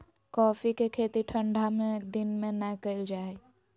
coffee के खेती ठंढा के दिन में नै कइल जा हइ